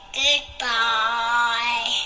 goodbye